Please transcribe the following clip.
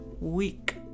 week